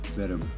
better